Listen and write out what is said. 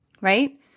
right